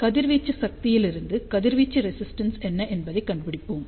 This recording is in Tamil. கதிர்வீச்சு சக்தியிலிருந்து கதிர்வீச்சு ரெசிஸ்டென்ஸ் என்ன என்பதைக் கண்டுபிடிப்போம்